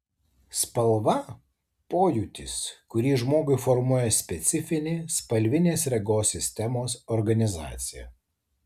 spalva pojūtis kurį žmogui formuoja specifinė spalvinės regos sistemos organizacija